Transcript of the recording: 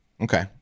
Okay